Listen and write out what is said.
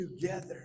together